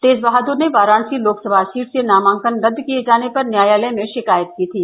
तेज बहादुर ने वाराणसी लोकसभा सीट से नामांकन रद्द किये जाने पर न्यायालय में शिकायत की थी